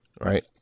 right